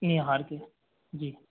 ई हार की